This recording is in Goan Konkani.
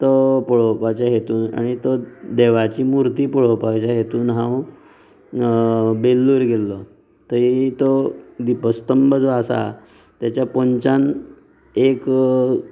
तो पळोवपाचे हेतून आनी तो देवाची मुर्ती पळोवपाचे हेतून हांव बेल्लूर गेल्लो थंय तो दिपस्थंब जो आसा तेच्या पोंदच्यान एक